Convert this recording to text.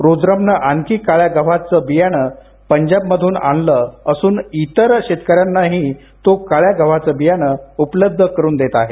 रुद्रम यांनी काळया गव्हाचं बियाणं पंजाबातन आणलं असन आताइतर शेतकऱ्यांनाही तो काळया गव्हाचं बियाणं उपलब्ध करून देतो आहे